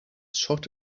shot